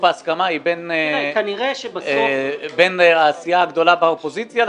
ההסכמה היא בין הסיעה הגדולה באופוזיציה,